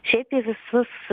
šiaip tai visus